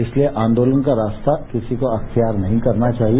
इसलिए आंदोलन का रास्ता किसी को इखतियार नहीं करना चाहिए